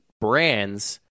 Brands